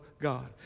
God